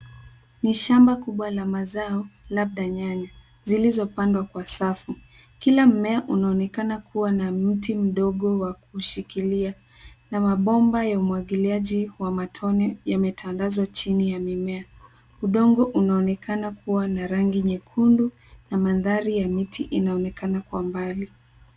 Ni shamba kubwa la mazao labda nyanya zilizopandwa kwa safu. Kila mmea unaonekana kuwa na mti mdogo wa kushikilia na mabomba ya umwagiliaji wa matone yametandazwa chini ya mimea. Udongo unaonekana kuwa na rangi nyekundu na mandhari ya miti inaonekana kwa mbali.